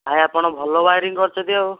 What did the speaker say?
ଭାଇ ଆପଣ ଭଲ ୱାରିଙ୍ଗ୍ କରୁଛନ୍ତି ଆଉ